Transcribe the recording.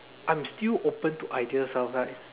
I'm still open to ideas sometimes